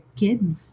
kids